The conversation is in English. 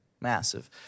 massive